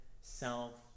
self